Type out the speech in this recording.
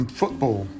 football